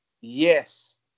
yes